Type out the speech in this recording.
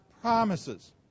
promises